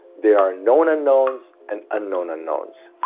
there are known unknowns, and unknown unknowns.